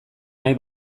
nahi